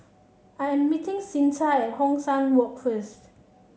I am meeting Cyntha at Hong San Walk first